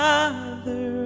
Father